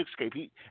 escape